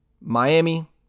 Miami